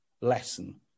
lesson